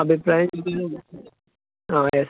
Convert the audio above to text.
അഭിപ്രായം ചോദിക്കാൻ ആ യെസ്